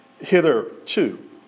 hitherto